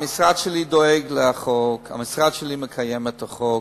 המשרד שלי דואג לחוק, המשרד שלי מקיים את החוק.